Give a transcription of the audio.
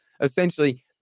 essentially